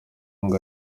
ngo